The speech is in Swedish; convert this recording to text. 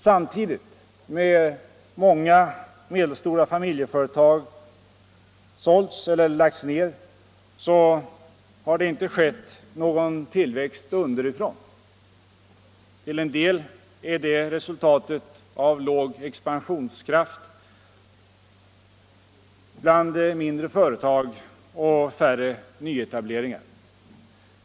Samtidigt som många medelstora familjeföretag sålts eller lagts ned har det inte skett någon tillväxt underifrån. Till en del är det resultatet av låg expansionstakt bland mindre företag och färre nyetableringar.